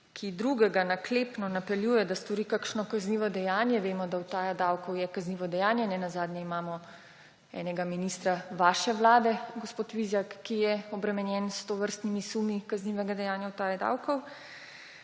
ki drugega naklepno napeljuje, da stori kakšno kaznivo dejanje – vemo, da utaja davkov je kaznivo dejanje, ne nazadnje imamo enega ministra vaše vlade, gospod Vizjak, ki je obremenjen s tovrstnimi sumi, kaznivega dejanja utaje davkov